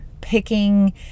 picking